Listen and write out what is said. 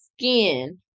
skin